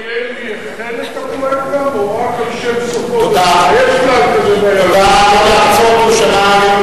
ראש הממשלה רוצה לציין מי החל את הפרויקט גם,